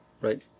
right